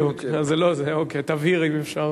אני קובע